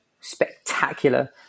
spectacular